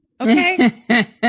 Okay